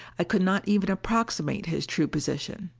i could not even approximate his true position!